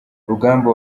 rugamba